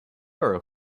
厄尔